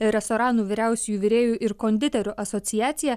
restoranų vyriausiųjų virėjų ir konditerių asociacija